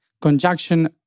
conjunction